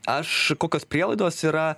aš kokios prielaidos yra